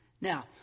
Now